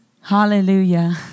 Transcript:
Hallelujah